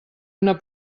una